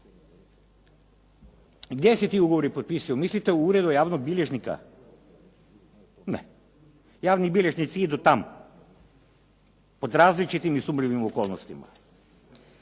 Gdje se ti ugovori potpisuju? Mislite u uredu javnog bilježnika? Ne, javni bilježnici idu tamo, pod različitim i sumnjivim okolnostima.